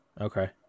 Okay